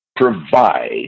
provide